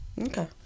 Okay